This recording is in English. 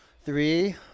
three